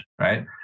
right